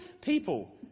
people